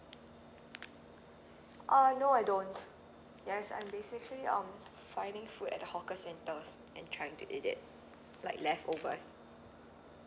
err no I don't yes I'm basically um finding food at the hawker centres and trying to eat it like leftovers